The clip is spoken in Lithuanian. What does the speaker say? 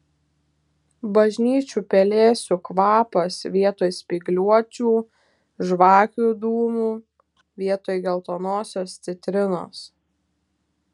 bažnyčių pelėsių kvapas vietoj spygliuočių žvakių dūmų vietoj geltonosios citrinos